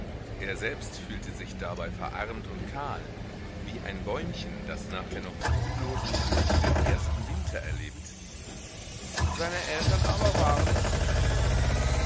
er selbst fühlte sich dabei verarmt und kahl wie ein bäumchen das nach der noch fruchtlosen blüte den ersten winter erlebt seine eltern aber waren es zufrieden